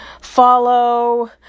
follow